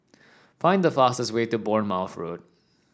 find the fastest way to Bournemouth Road